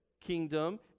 kingdom